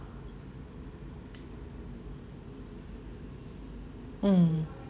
mm